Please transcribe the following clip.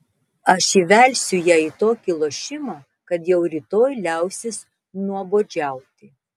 aš įvelsiu ją į tokį lošimą kad jau rytoj liausis nuobodžiauti